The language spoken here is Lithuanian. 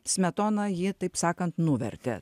smetona jį taip sakant nuvertė